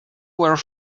were